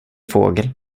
fågel